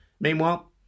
Meanwhile